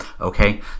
Okay